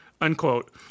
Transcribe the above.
unquote